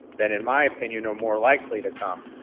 that in my opinion, are more likely to come.